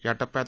या टप्प्यात